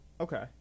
Okay